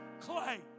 clay